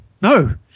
no